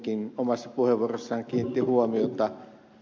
hemmingkin omassa puheenvuorossaan kiinnitti huomiota